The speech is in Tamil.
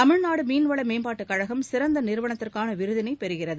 தமிழ்நாடு மீன்வள மேம்பாட்டு கழகம் சிறந்த நிறுவனத்தக்கான விருதினை பெறுகிறது